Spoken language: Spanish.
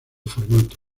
formato